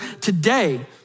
today